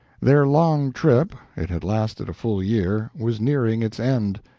their long trip it had lasted a full year was nearing its end.